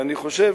אני חושב